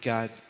God